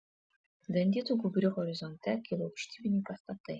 dantytu gūbriu horizonte kilo aukštybiniai pastatai